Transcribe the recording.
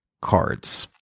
cards